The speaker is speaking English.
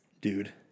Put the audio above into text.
Dude